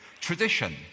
tradition